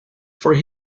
for